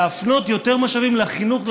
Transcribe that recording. להפנות יותר משאבים לחינוך,